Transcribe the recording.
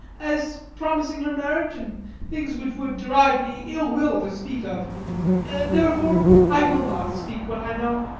as promising her marriage, and things which would derive me ill will to speak of therefore i will not speak what i know.